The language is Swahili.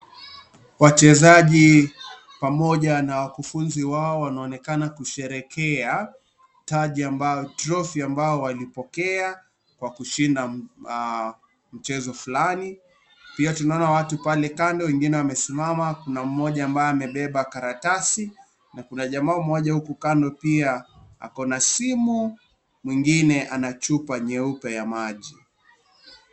Wachezaji pamoja na ufunzi wao wanaonekana kusherehekea (CS)trophy(CS)ambao walipokea Kwa kushinda mchezo fulani, pia tunaona watu pale Kando wengine wamesimama na mmoja ambaye amebeba karatasi na jamaa mmoja uko kando pia ako na simu mwingine ana chupa nyeupe ya maji.